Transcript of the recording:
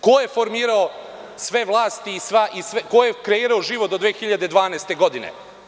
Ko je formirao sve vlasti i ko je kreirao život do 2012. godine?